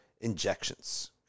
injections